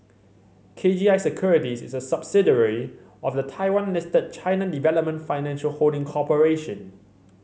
K G I Securities is a subsidiary of the Taiwan Listed China Development Financial Holding Corporation